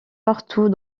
partout